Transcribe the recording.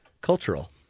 cultural